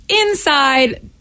inside